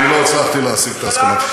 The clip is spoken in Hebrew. אני לא הצלחתי להשיג את ההסכמה.